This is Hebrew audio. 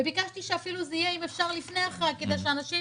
וביקשתי שזה יהיה אם אפשר לפני החג כדי שאנשים